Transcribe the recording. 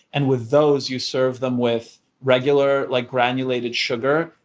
and with those, you serve them with regular, like granulated sugar,